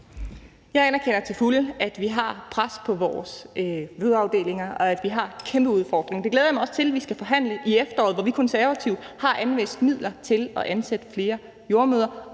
Jeg anerkender til fulde, at vi har pres på vores fødeafdelinger, og at vi har en kæmpe udfordring. Det glæder jeg mig også til at vi skal forhandle om i efteråret, hvor vi Konservative har anvist midler til at ansætte flere jordemødre.